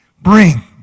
Bring